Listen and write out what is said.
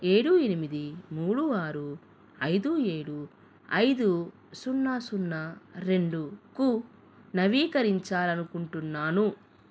ఏడు ఎనిమిది మూడు ఆరు ఐదు ఏడు ఐదు సున్నా సున్నా రెండుకు నవీకరించాలి అనుకుంటున్నాను